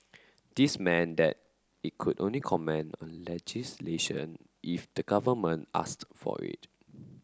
this meant that it could only comment on legislation if the government asked for it